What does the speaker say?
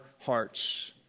hearts